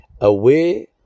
away